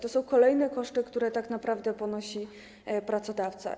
To są kolejne koszty, które tak naprawdę ponosi pracodawca.